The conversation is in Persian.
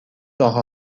راه